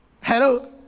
Hello